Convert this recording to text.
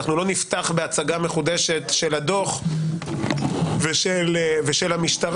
אנחנו לא נפתח בהצגה מחודשת של הדוח ושל המשטרה,